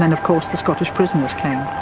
and of course the scottish prisoners came.